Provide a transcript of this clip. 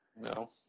No